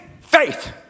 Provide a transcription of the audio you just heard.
faith